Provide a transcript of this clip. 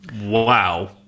Wow